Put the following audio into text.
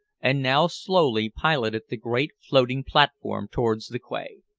and now slowly piloted the great floating platform towards the quay.